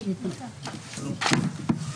שלום.